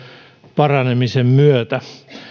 paranemisen myötä